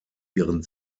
ihren